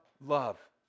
love